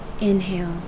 Inhale